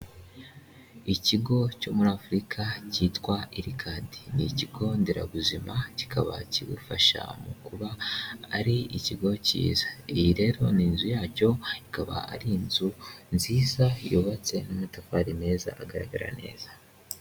Ikigo cyo muri Afurika cyitwa Irikadi, ni ikigo nderabuzima kikaba kigufasha mu kuba ari ikigo cyiza, iyi rero ni inzu yacyo ikaba ari inzu nziza yubatse n'amatafari meza agaragara neza.